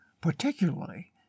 particularly